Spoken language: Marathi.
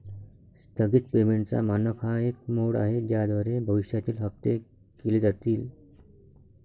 स्थगित पेमेंटचा मानक हा एक मोड आहे ज्याद्वारे भविष्यातील हप्ते केले जातील